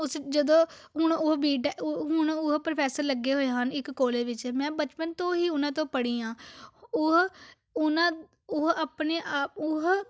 ਉਸ ਜਦੋਂ ਹੁਣ ਉਹ ਬੀਟ ਹੁਣ ਉਹ ਪ੍ਰੋਫੈਸਰ ਲੱਗੇ ਹੋਏ ਹਨ ਇੱਕ ਕੋਲੇਜ ਵਿੱਚ ਮੈਂ ਬਚਪਨ ਤੋਂ ਹੀ ਉਹਨਾਂ ਤੋਂ ਪੜ੍ਹੀ ਹਾਂ ਉਹ ਉਹਨਾਂ ਉਹ ਆਪਣੇ ਆਪ ਉਹ